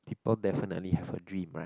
people definitely have a dream right